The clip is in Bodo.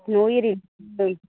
न' एरि लिरदों